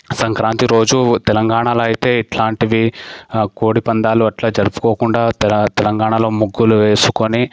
సంక్రాంతి రోజు తెలంగాణలో అయితే ఇట్లాంటివి కోడిపందాలు అట్లా జరుపుకోకుండా తె తెలంగాణలో ముగ్గులు వేసుకొని